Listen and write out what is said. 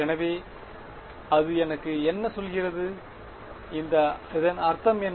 எனவே அது எனக்கு என்ன சொல்கிறது இதன் அர்த்தம் என்ன